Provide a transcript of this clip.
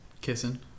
Kissing